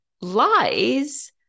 lies